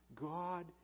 God